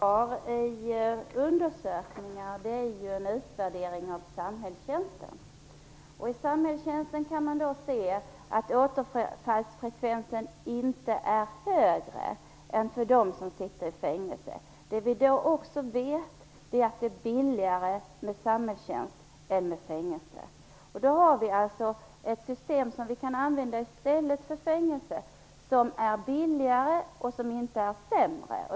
Fru talman! Vad som finns av undersökningar är en utvärdering av samhällstjänsten. När det gäller samhällstjänst har återfallsfrekvensen inte visat sig vara högre än vid fängelsestraff. Vi vet också att det är billigare med samhällstjänst än med fängelse. Vi har alltså ett system som vi kan använda i stället för fängelse som är billigare och som inte är sämre.